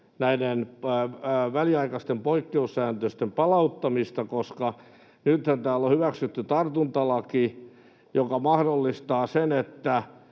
näiden väliaikaisten poikkeussäännösten palauttamista, koska nythän täällä on hyväksytty tartuntalaki, joka mahdollistaa sen, että